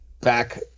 back